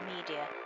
media